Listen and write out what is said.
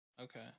Okay